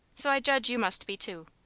so i judge you must be, too.